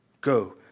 Go